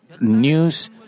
news